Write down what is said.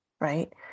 right